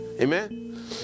Amen